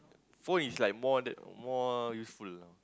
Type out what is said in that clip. phone is like more than more useful lah